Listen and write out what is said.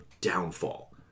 downfall